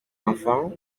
enfants